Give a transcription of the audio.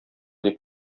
дип